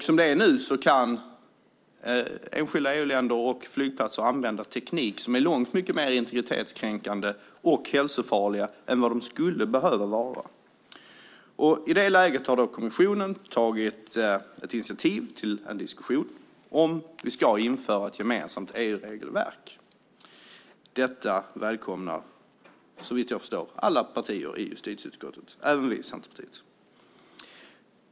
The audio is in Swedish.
Som det är nu kan enskilda EU-länder och flygplatser använda tekniker som är långt mycket mer integritetskränkande och hälsofarliga än vad de skulle behöva vara. I det läget har kommissionen tagit initiativ till en diskussion om vi ska införa ett gemensamt EU-regelverk. Detta välkomnar, såvitt jag förstår, alla partier i justitieutskottet, även vi i Centerpartiet.